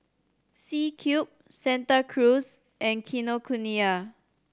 C Cube Santa Cruz and Kinokuniya